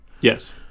Yes